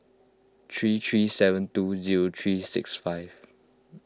three three seven two zero three six five